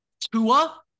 Tua